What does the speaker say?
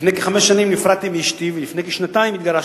לפני כחמש שנים נפרדתי מאשתי ולפני כשנתיים התגרשנו.